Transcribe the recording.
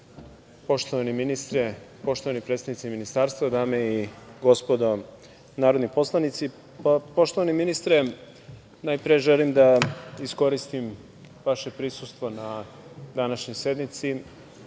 poštovani ministre, poštovani predstavnici Ministarstva, dame i gospodo narodni poslanici, najpre želim da iskoristim vaše prisustvo na današnjoj sednici,